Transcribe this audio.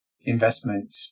investment